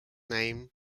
name